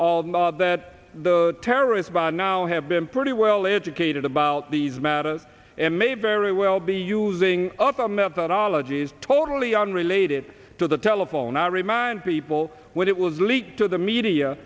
know that the terrorists by now have been pretty well educated about these matters and may very well be using up a methodology is totally unrelated to the telephone i remind people when it was leaked to the media